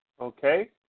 okay